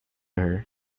her